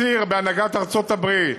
ציר בהנהגת ארצות-הברית,